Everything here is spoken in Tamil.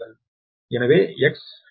எனவே XT3 0